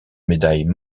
médaille